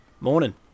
Morning